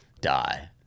die